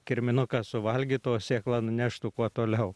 kirminuką suvalgytų o sėklą nuneštų kuo toliau